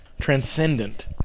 Transcendent